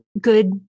good